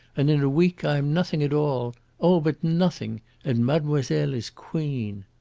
and in a week i am nothing at all oh, but nothing and mademoiselle is queen.